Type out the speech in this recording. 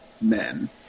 men